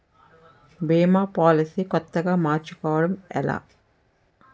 భీమా policy కొత్తగా మార్చుకోవడం ఎలా?